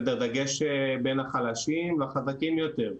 דגש בין החלשים לחזקים יותר.